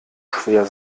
schwer